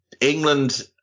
England